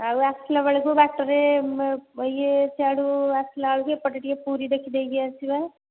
ଆଉ ଆସିଲା ବେଳକୁ ବାଟରେ ଇଏ ସିଆଡ଼ୁ ଆସିଲା ବେଳକୁ ଏପଟେ ଟିକେ ପୁରୀ ଦେଖିଦେଇକି ଆସିବା